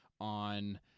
on